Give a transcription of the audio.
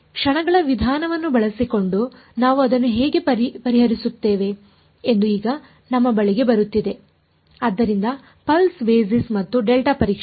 ಕ್ಷಣಗಳ ವಿಧಾನವನ್ನು ಬಳಸಿಕೊಂಡು ನಾವು ಇದನ್ನು ಹೇಗೆ ಪರಿಹರಿಸುತ್ತೇವೆ ಎಂದು ಈಗ ನಮ್ಮ ಬಳಿಗೆ ಬರುತ್ತಿದೆ ಆದ್ದರಿಂದ ಪಲ್ಸ್ ಬೇಸಿಸ್ ಮತ್ತು ಡೆಲ್ಟಾ ಪರೀಕ್ಷೆ